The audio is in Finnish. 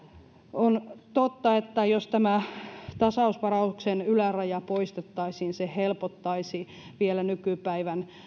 on totta että jos tasausvarauksen yläraja poistettaisiin se helpottaisi vielä nykypäivän